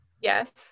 Yes